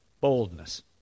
Boldness